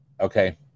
okay